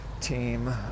team